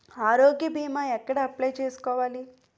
ఆరోగ్య భీమా ఎక్కడ అప్లయ్ చేసుకోవాలి?